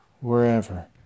wherever